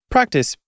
Practice